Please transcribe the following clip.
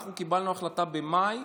אנחנו קיבלנו החלטה במאי,